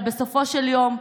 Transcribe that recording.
אבל בסופו של יום,